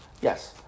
Yes